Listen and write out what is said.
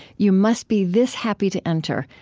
you must be this happy to enter,